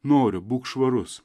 noriu būk švarus